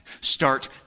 start